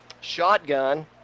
Shotgun